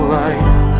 life